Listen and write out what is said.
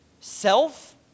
self